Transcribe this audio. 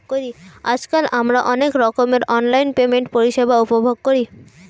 আজকাল আমরা অনেক রকমের অনলাইন পেমেন্ট পরিষেবা উপভোগ করি